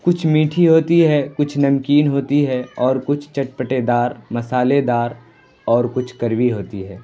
کچھ میٹھی ہوتی ہے کچھ نمکین ہوتی ہے اور کچھ چٹپٹے دار مصالحے دار اور کچھ کڑوی ہوتی ہے